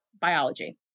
biology